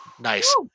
Nice